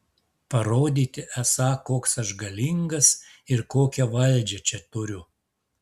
parodyti esą koks aš galingas ir kokią valdžią čia turiu